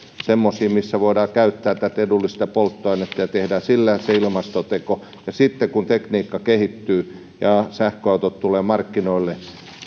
semmoisia missä voidaan käyttää tätä edullista polttoainetta tehdään sillä se ilmastoteko sitten kun tekniikka kehittyy ja sähköautot tulevat markkinoille